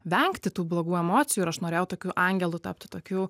vengti tų blogų emocijų ir aš norėjau tokiu angelu tapti tokiu